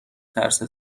ترس